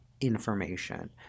information